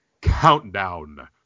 countdown